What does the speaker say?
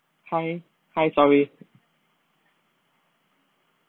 hi hi sorry